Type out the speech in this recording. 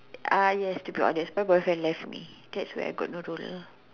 uh yes to be honest my boyfriend left me that's why I got no rule